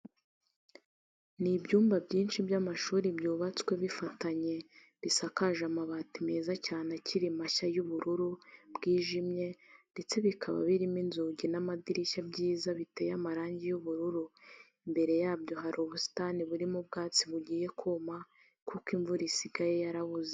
Ni ibyumba byinshi by'amashuri byubatswe bifatanye, bisakaje amabati meza cyane akiri mashya y'ubururu bwijimye ndetse bikaba birimo inzugi n'amadirishya byiza biteye amarangi y'ubururu, imbere yabyo hari ubusitani burimo ubwatsi bugiye kuma kuko imvura isigaye yarabuze.